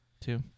Two